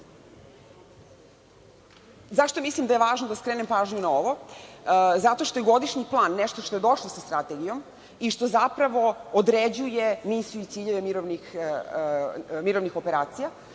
redu.Zašto mislim da je važno da skrenem pažnju na ovo? Zato što je godišnji plan nešto što je došlo sa strategijom i što zapravo određuje misiju i ciljeve mirovnih operacija